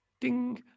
Ding